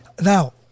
Now